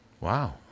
Wow